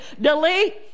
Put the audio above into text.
delete